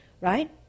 right